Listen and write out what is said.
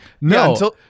no